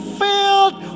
filled